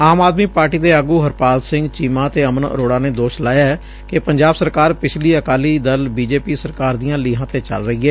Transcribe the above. ਆਮ Aadmi party ਦੇ ਆਗੂ ਹਰਪਾਲ ਸਿੰਘ ਚੀਮਾ ਅਤੇ ਅਮਨ ਅਰੋਡਾ ਨੇ ਦੋਸ਼ ਲਾਇਆ ਕਿ ਪੰਜਾਬ ਸਰਕਾਰ ਪਿਛਲੀ Akali Dal B J P ਸਰਕਾਰ ਦੀਆਂ ਲੀਹਾਂ ਤੇ ਚਲ ਰਹੀ ਏ